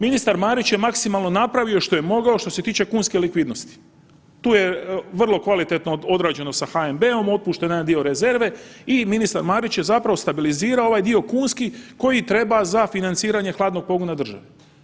Ministar Marić je maksimalno napravio što je mogao što se tiče kunske likvidnosti, tu je vrlo kvalitetno odrađeno sa HNB-om, otpušten je jedan dio rezerve i ministar Marić je zapravo stabilizirao ovaj dio kunski koji treba za financiranje hladnog pogona države.